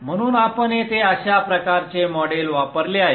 म्हणून आपण येथे अशा प्रकारचे मॉडेल वापरले आहे